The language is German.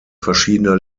verschiedener